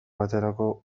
baterako